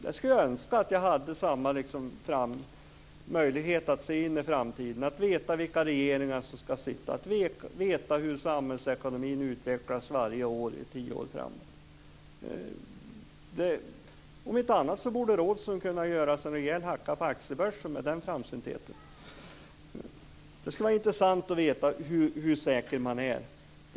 Jag skulle önska att jag hade samma möjlighet att se in i framtiden, att veta vilka regeringar som ska sitta, att veta hur samhällsekonomin utvecklas varje år tio år framåt i tiden. Om inte annat borde Rådhström kunna göra sig en rejäl hacka på aktiebörsen med den framsyntheten. Det skulle vara intressant att veta hur säker man är.